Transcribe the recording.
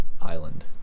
island